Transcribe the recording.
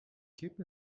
keep